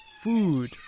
food